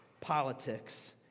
politics